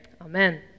amen